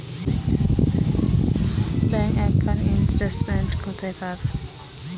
Bank investment তথ্য কোথায় পাব?